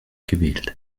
gewählt